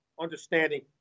understanding